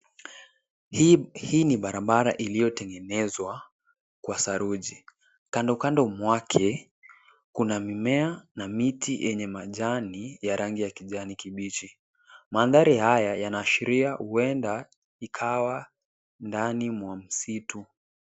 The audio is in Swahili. Hii ni barabara iliyotegenezewa kwa saruji. Kando kando mwake kuna mimea na miti yenye majani ya rangi ya kijani kibichi. Mandhari haya yanaashiria huenda ikawa ndani ya msitu.